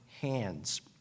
hands